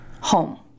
home